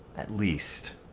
at least